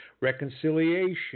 reconciliation